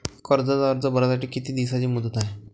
कर्जाचा अर्ज भरासाठी किती दिसाची मुदत हाय?